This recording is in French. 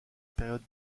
période